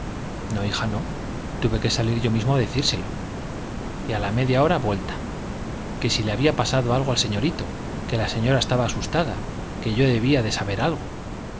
no hija no tuve que salir yo mismo a decírselo y a la media hora vuelta que si le había pasado algo al señorito que la señora estaba asustada que yo debía de saber algo